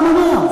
אמר גם אמר.